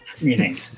meaning